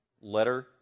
letter